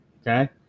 okay